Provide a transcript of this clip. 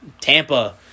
Tampa